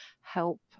help